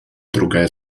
другая